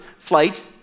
Flight